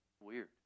Weird